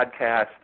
podcast